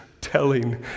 telling